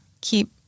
keep